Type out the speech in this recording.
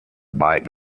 bike